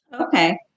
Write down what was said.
okay